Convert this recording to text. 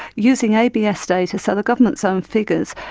using abs data, so the government's own figures,